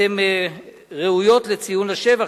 אתן ראויות לציון לשבח,